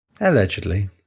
allegedly